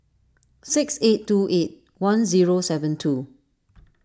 six eight two eight one zero seven two